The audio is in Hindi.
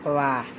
वाह